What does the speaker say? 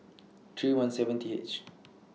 three one seven T H